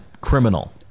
criminal